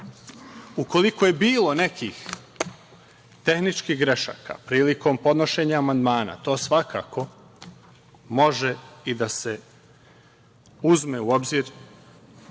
podneli. Ukoliko je bilo nekih tehničkih grešaka prilikom podnošenja amandmana, to svakako može i da se uzme u obzir